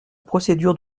procédure